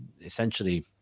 essentially